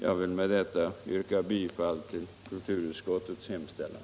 Jag vill med detta yrka bifall till kulturutskottets hemställan.